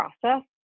process